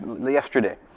yesterday